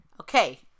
Okay